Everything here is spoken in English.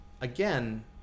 again